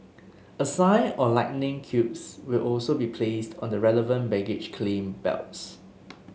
a sign or lightning cubes will also be placed on the relevant baggage claim belts